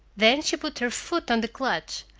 then she put her foot on the clutch,